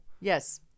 Yes